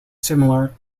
similar